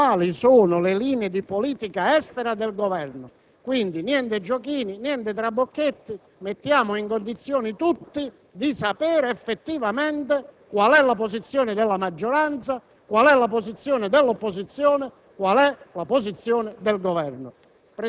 le linee di politica estera del Governo. Quindi, niente giochini, niente trabocchetti; mettiamo in condizione tutti di sapere effettivamente qual è la posizione della maggioranza, qual è la posizione dell'opposizione, qual è la posizione del Governo.